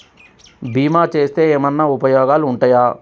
బీమా చేస్తే ఏమన్నా ఉపయోగాలు ఉంటయా?